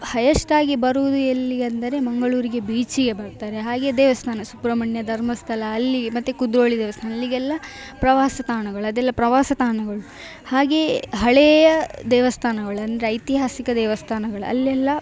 ಹೈಯೆಸ್ಟಾಗಿ ಬರುವುದು ಎಲ್ಲಿಗೆ ಅಂದರೆ ಮಂಗಳೂರಿಗೆ ಬೀಚಿಗೆ ಬರುತ್ತಾರೆ ಹಾಗೆ ದೇವಸ್ಥಾನ ಸುಬ್ರಹ್ಮಣ್ಯ ಧರ್ಮಸ್ಥಳ ಅಲ್ಲಿಗೆ ಮತ್ತು ಕುದ್ರೋಳಿ ದೇವಸ್ಥಾನ ಅಲ್ಲಿಗೆಲ್ಲ ಪ್ರವಾಸ ತಾಣಗಳು ಅದೆಲ್ಲ ಪ್ರವಾಸ ತಾಣಗಳು ಹಾಗೆಯೇ ಹಳೆಯ ದೇವಸ್ಥಾನಗಳು ಅಂದರೆ ಐತಿಹಾಸಿಕ ದೇವಸ್ಥಾನಗಳು ಅಲ್ಲೆಲ್ಲ